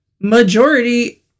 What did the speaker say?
majority